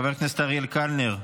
חבר הכנסת אריאל קלנר,